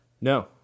no